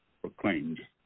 proclaimed